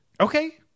Okay